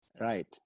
Right